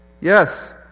Yes